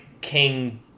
king